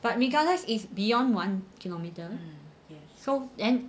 but regardless is beyond one kilometre so then